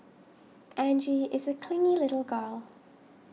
Angie is a clingy little girl